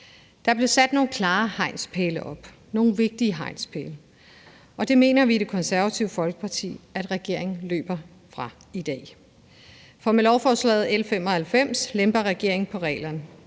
Der blev sat nogle klare hegnspælene op – nogle vigtige hegnspæle – og det mener vi i Det Konservative Folkeparti at regeringen løber fra i dag, for med lovforslaget L 95 lemper regering på reglerne.